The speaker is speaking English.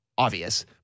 Obvious